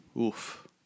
Oof